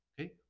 Okay